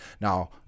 Now